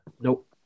Nope